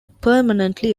permanently